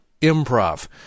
improv